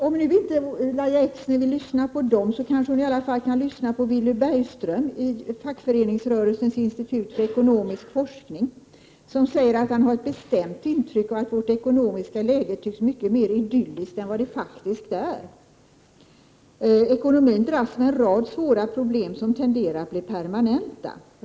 Om nu Lahja Exner inte vill lyssna på dem, kanske hon i alla fall kan lyssna på Villy Bergström vid Fackföreningsrörelsens institut för ekonomisk forskning, som säger att han har ett bestämt intryck av att vårt ekonomiska läge tycks mycket mer idylliskt än vad det faktiskt är: ekonomin dras med en rad svåra problem, som tenderat att bli permanenta.